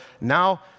Now